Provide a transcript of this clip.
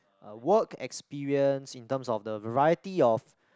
uh work experience in terms of the variety of